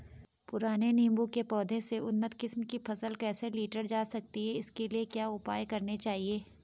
पुराने नीबूं के पौधें से उन्नत किस्म की फसल कैसे लीटर जा सकती है इसके लिए क्या उपाय करने चाहिए?